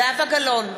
זהבה גלאון,